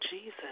Jesus